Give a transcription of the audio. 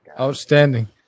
Outstanding